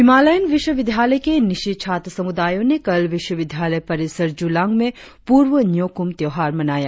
Himalayan विश्वविद्यालय के न्यीशी छात्र समुदायों ने कल विश्वविद्यालय परिसर जुलांग में पूर्व न्योकुम त्योहार मनाया